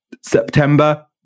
September